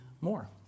more